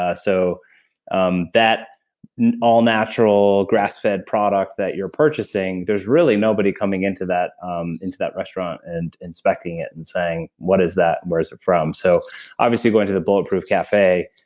ah so um that all natural, grass-fed product that you're purchasing, there's really nobody coming into that um into that restaurant and inspecting it and saying, what is that? where is it from? so obviously going to the bulletproof cafe,